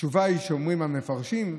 התשובה שאומרים המפרשים: